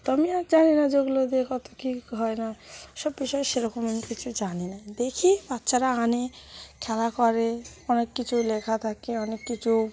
তো আমি আর জানি না যেগুলো দিয়ে কত কী হয় না সব বিষয়ে সেরকম আমি কিছু জানি না দেখি বাচ্চারা আনে খেলা করে অনেক কিছু লেখা থাকে অনেক কিছু